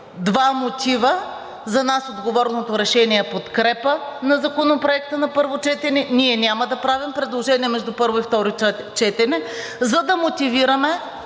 два мотива, за нас отговорното решение е подкрепа на Законопроекта на първо четене, ние няма да правим предложения между първо и второ четене, за да мотивираме